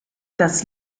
das